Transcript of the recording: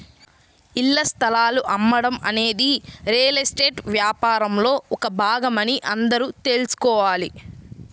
ఇళ్ల స్థలాలు అమ్మటం అనేది రియల్ ఎస్టేట్ వ్యాపారంలో ఒక భాగమని అందరూ తెల్సుకోవాలి